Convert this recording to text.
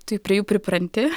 taip prie jų pripranti